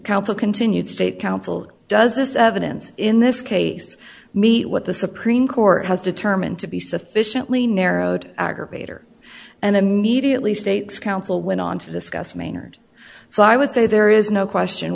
counsel continued state council does this evidence in this case meet what the supreme court has determined to be sufficiently narrowed aggravator and immediately states counsel went on to discuss maynard so i would say there is no question